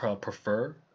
prefer